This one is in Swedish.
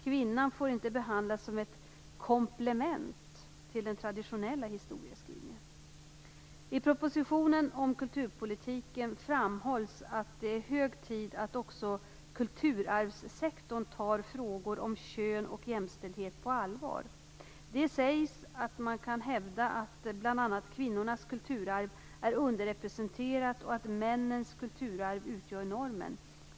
Kvinnan får inte behandlas som ett komplement till den traditionella historieskrivningen. 1996/97:3) framhålls att det är hög tid att också kulturarvssektorn tar frågor om kön och jämställdhet på allvar. Det sägs att man kan hävda att bl.a. kvinnornas kulturarv är underrepresenterat och att männens kulturarv utgör normen.